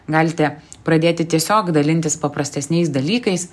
galite pradėti tiesiog dalintis paprastesniais dalykais